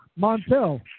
Montel